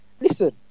Listen